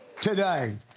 Today